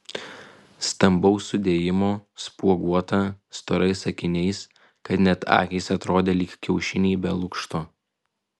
stambaus sudėjimo spuoguota storais akiniais kad net akys atrodė lyg kiaušiniai be lukšto